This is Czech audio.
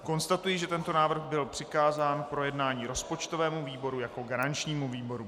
Konstatuji, že tento návrh byl přikázán k projednání rozpočtovému výboru jako garančnímu výboru.